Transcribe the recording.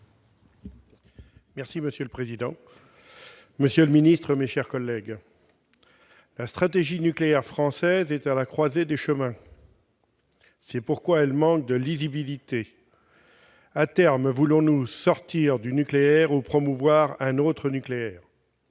Monsieur le président, monsieur le secrétaire d'État, mes chers collègues, la stratégie nucléaire française est à la croisée des chemins ; c'est pourquoi elle manque de lisibilité. Voulons-nous sortir du nucléaire ou promouvoir un autre nucléaire ?